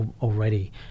already